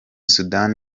sudan